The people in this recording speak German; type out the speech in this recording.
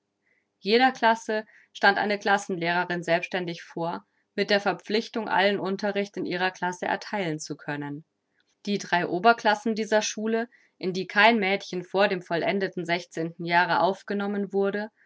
jeder klasse stand eine klassenlehrerin selbständig vor mit der verpflichtung allen unterricht in ihrer klasse ertheilen zu können die drei oberklassen dieser schule in die kein mädchen vor dem vollendeten jahre aufgenommen wurde